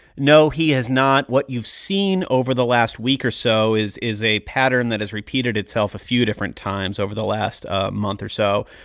no, he has not. what you've seen over the last week or so is is a pattern that has repeated itself a few different times over the last ah month or so,